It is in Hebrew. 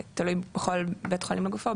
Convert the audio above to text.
תלוי בכל בית חולים לגופו,